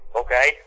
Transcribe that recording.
okay